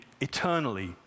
eternally